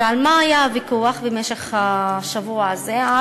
ועל מה היה הוויכוח במשך השבוע הזה?